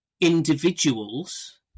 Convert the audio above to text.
individuals